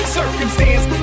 circumstance